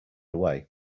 away